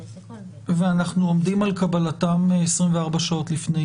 ואנחנו עומדים על קבלתן 24 שעות לפני.